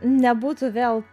nebūtų vėl